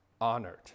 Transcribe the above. Honored